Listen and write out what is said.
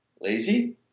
Lazy